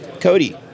Cody